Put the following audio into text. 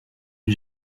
une